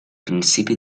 principi